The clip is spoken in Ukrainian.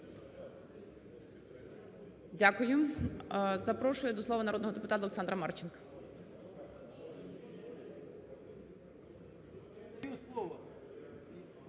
Дякую. Запрошую до слова народного депутата Олександра Марченка.